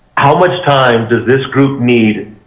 how much time does this group need,